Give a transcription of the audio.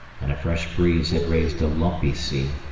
and a fresh breeze had raised a lumpy sea,